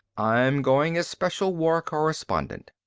i'm going as special war correspondent.